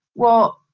well,